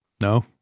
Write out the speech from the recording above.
no